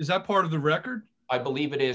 is a part of the record i believe it is